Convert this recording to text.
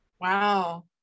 wow